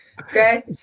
Okay